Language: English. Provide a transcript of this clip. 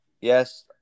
Yes